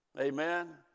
Amen